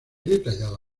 detallado